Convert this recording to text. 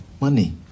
money